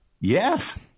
Yes